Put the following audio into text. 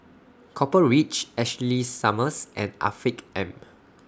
Copper Ridge Ashley Summers and Afiq M